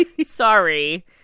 Sorry